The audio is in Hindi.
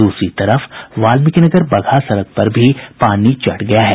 दूसरी तरफ वाल्मीकिनगर बगहा सड़क पर भी पानी चढ़ गया है